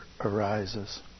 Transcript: arises